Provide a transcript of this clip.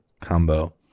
combo